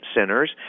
centers